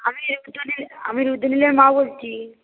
আমি রুদ্রনীল আমি রুদ্রনীলের মা বলছি